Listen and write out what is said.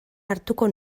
hartuko